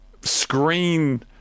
screen